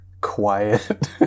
quiet